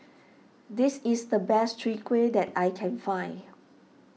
this is the best Chwee Kueh that I can find